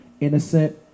innocent